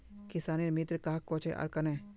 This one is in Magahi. किसानेर मित्र कहाक कोहचे आर कन्हे?